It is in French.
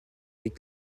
des